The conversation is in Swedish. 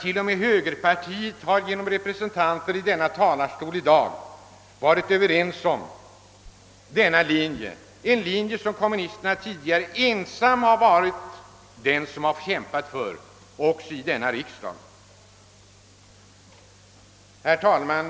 T.o.m. högerpartiets representanter har från denna talarstol i dag givit uttryck för att de är inne på denna linje, som kommunisterna tidigare varit ensamma om att kämpa för — också här i riksdagen. Herr talman!